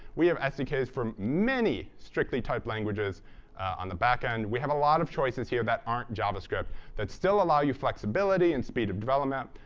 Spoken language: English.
we have sdks from many strictly-typed languages on the back-end. we have a lot of choices here that aren't javascript that still allow you flexibility and speed of development,